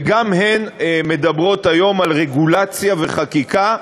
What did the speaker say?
וגם הן מדברות היום על רגולציה וחקיקה,